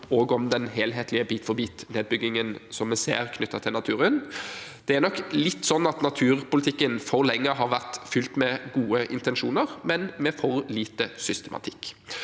også om den helhetlige bit-for-bit-nedbyggingen som vi ser knyttet til naturen. Det er nok litt sånn at naturpolitikken for lenge har vært fylt med gode intensjoner, men med for lite systematikk.